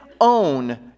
own